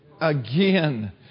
again